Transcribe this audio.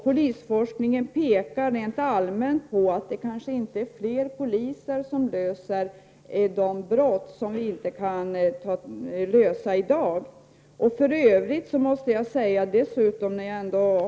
Polisforskningen pekar rent allmänt på att det kanske inte behövs fler poliser för att lösa de brott som inte går att lösa i dagens läge.